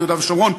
ביהודה ושומרון,